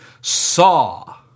saw